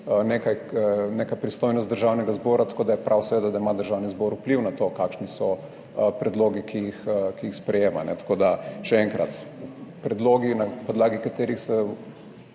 neka pristojnost Državnega zbora, tako da je prav seveda, da ima Državni zbor vpliv na to kakšni so predlogi, ki jih sprejema. Tako da, še enkrat, predlogi na podlagi katerih se